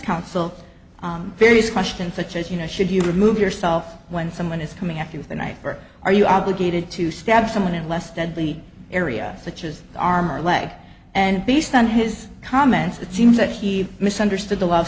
counsel various questions such as you know should you remove yourself when someone is coming at you with a knife or are you obligated to stab someone unless deadly area such as the arm or leg and based on his comments it seems that he misunderstood the l